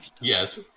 Yes